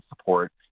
support